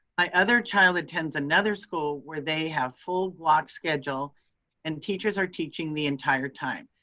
my other child attends another school where they have full block schedule and teachers are teaching the entire time.